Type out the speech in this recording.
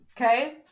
okay